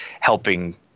helping